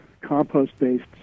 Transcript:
compost-based